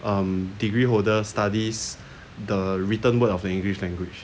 um degree holder studies the written word of the english language